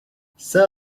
sir